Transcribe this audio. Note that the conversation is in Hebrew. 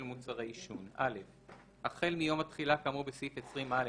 מוצרי עישון 22. (א)החל מיום התחילה כאמור בסעיף 20(א),